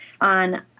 on